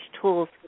tools